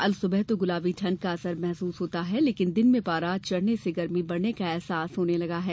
अलसुबह तो गुलाबी ठण्ड का असर महसूस होता है लेकिन दिन में पारा चढ़ने से गर्मी बढ़ने का अहसास होने लगा है